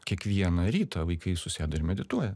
kiekvieną rytą vaikai susėda ir medituoja